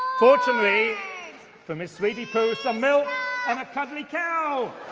fortunately for miss sweetie poo, some milk and a cuddly cow!